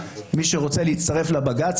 מי שרוצה להצטרף לבג"ץ,